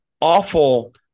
awful